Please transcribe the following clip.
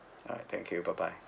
uh thank you bye bye